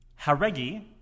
Haregi